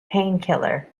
painkiller